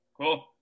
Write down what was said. cool